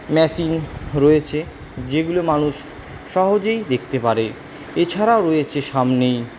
machine রয়েছে যেগুলো মানুষ সহজেই দেখতে পারে এছাড়াও রয়েছে সামনেই